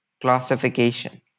classification